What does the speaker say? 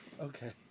Okay